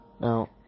now